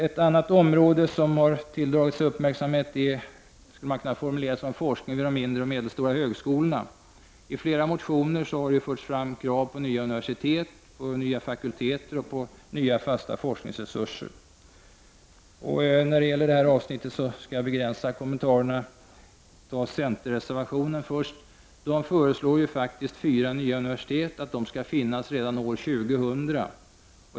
Ett annat område som har tilldragit sig uppmärksamhet är forskningen vid de mindre och medelstora högskolorna. I flera motioner för man fram krav på nya universitet, på nya fakulteter samt på nya fasta forskningsresurser. Jag skall begränsa mina kommentarer under detta avsnitt. Centern säger i en reservation att man tycker att det skall finnas fyra nya universitet redan år 2000.